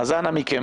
אז אנא מכם,